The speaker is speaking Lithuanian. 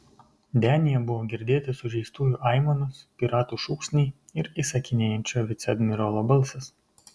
denyje buvo girdėti sužeistųjų aimanos piratų šūksniai ir įsakinėjančio viceadmirolo balsas